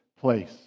place